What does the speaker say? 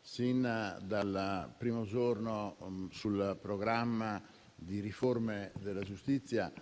sin dal primo giorno sul programma di riforme della giustizia,